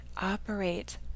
operate